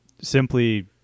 simply